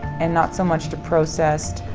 and not so much the processed